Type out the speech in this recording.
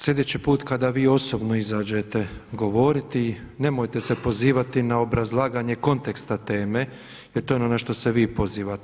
Sljedeći put kada vi osobno izađete govoriti nemojte se pozivati na obrazlaganje konteksta teme jer to je ono na što se vi pozivate.